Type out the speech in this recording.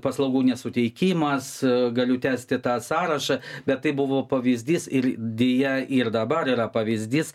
paslaugų nesuteikimas galiu tęsti tą sąrašą bet tai buvo pavyzdys ir dėja ir dabar yra pavyzdys